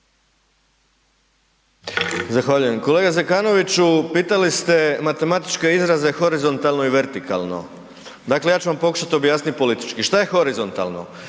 Zahvaljujem kolega Zekanoviću. Pitali ste matematičke izraze horizontalno i vertikalno. Dakle, ja ću vam pokušati objasniti politički. Što je horizontalno?